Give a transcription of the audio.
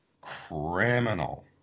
criminal